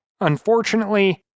unfortunately